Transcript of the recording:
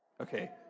Okay